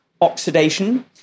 oxidation